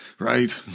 Right